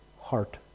heart